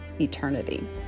eternity